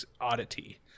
oddity